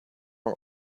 are